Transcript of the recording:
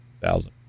thousand